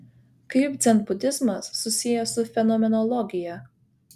kaip dzenbudizmas susijęs su fenomenologija